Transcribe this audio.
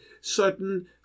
certain